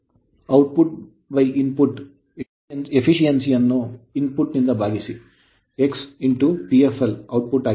Efficency ದಕ್ಷತೆಯು output input ಆದ್ದರಿಂದ efficiency ದಕ್ಷತೆಯನ್ನು ಇನ್ ಪುಟ್ ನಿಂದ ಭಾಗಿಸಿದ X Pfl ಔಟ್ ಪುಟ್